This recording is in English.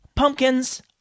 pumpkins